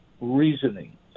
reasoning